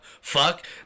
fuck